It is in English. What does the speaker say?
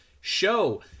show